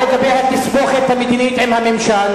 הוא שאל לגבי התסבוכת המדינית עם הממשל,